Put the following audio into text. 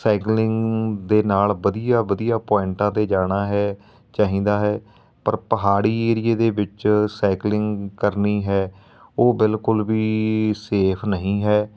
cycling ਦੇ ਨਾਲ ਵਧੀਆ ਵਧੀਆ ਪੁਆਇੰਟਾਂ 'ਤੇ ਜਾਣਾ ਹੈ ਚਾਹੀਦਾ ਹੈ ਪਰ ਪਹਾੜੀ ਏਰੀਏ ਦੇ ਵਿੱਚ ਸਾਈਕਲਿੰਗ ਕਰਨੀ ਹੈ ਉਹ ਬਿਲਕੁਲ ਵੀ ਸੇਫ ਨਹੀਂ ਹੈ